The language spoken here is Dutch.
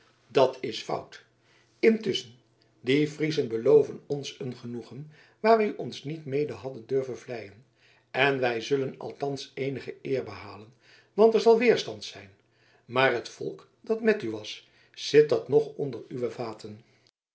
dat is fout intusschen die friezen beloven ons een genoegen waar wij ons niet mede hadden durven vleien en wij zullen althans eenige eer behalen want er zal weerstand zijn maar het volk dat met u was zit dat nog onder uwe vaten